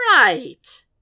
Right